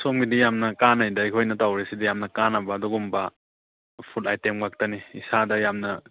ꯁꯣꯝꯒꯤꯗꯤ ꯌꯥꯝꯅ ꯀꯥꯟꯅꯩꯗ ꯑꯩꯈꯣꯏꯅ ꯇꯧꯔꯤꯁꯤꯗꯤ ꯌꯥꯝꯅ ꯀꯥꯟꯅꯕ ꯑꯗꯨꯒꯨꯝꯕ ꯐꯨꯠ ꯑꯥꯏꯇꯦꯝ ꯉꯥꯛꯇꯅꯤ ꯏꯁꯥꯗ ꯌꯥꯝꯅ